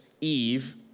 Eve